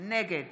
נגד